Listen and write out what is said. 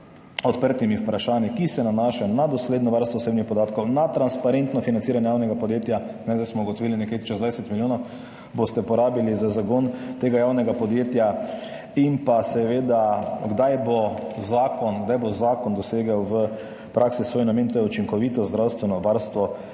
odprtimi vprašanji, ki se nanašajo na dosledno varstvo osebnih podatkov, na transparentno financiranje javnega podjetja. Zdaj smo ugotovili nekje čez 20 milijonov boste porabili za zagon tega javnega podjetja. In pa seveda, kdaj bo zakon dosegel v praksi svoj namen, to je učinkovito zdravstveno varstvo